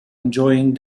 enjoying